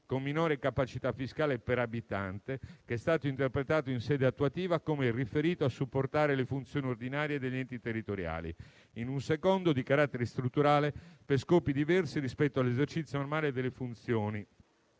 con minore capacità fiscale per abitante, che è stato interpretato in sede attuativa come riferito a supportare le funzioni ordinarie degli enti territoriali; un secondo di carattere strutturale per scopi diversi rispetto all'esercizio normale delle funzioni.